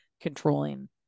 controlling